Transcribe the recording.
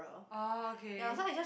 orh okay